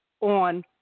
on